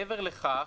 מעבר לכך,